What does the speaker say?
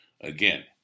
Again